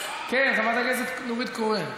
הטרור הזה הוא טרור נוראי,